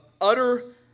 utter